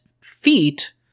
feet